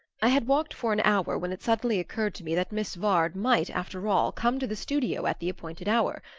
i had walked for an hour when it suddenly occurred to me that miss vard might, after all, come to the studio at the appointed hour.